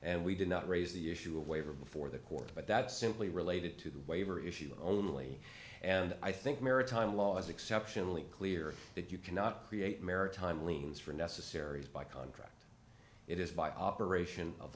and we did not raise the issue of waiver before the court but that's simply related to the waiver issue only and i think maritime law is exceptionally clear that you cannot create maritime liens for necessary by contract it is by operation of